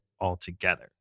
altogether